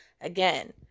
again